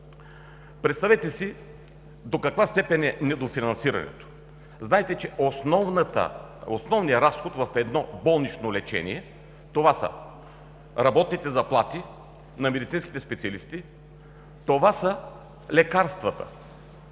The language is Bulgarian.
Представете си до каква степен е недофинансирането. Знаете, че основният разход в едно болнично лечение, това са: работните заплати на медицинските специалисти и лекарствата.